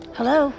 Hello